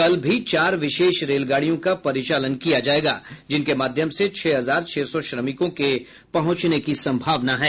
कल भी चार विशेष रेलगाड़ियों का परिचालन किया जायेगा जिनके माध्यम से छह हजार छह सौ श्रमिकों के पहुंचने की संभावना है